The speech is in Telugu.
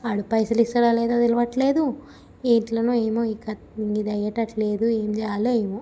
వాడు పైసలిస్తడా లేదో తెలవట్లేదు ఎట్లనో ఏమో ఇంకా ఇదయ్యేటట్లేదు ఏం చేయాలో ఏమో